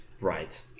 Right